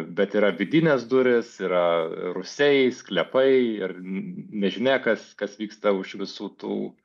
bet yra vidinės durys yra rūsiai sklepai ir nežinia kas kas vyksta už visų tų